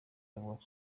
bavuga